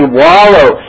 wallow